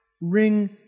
ring